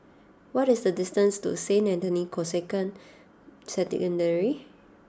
what is the distance to Saint Anthony's Canossian Secondary